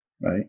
right